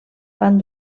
fan